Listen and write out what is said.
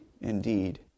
indeed